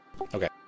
Okay